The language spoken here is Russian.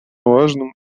важным